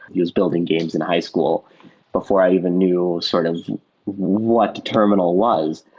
he was building games in high school before i even knew sort of what terminal was.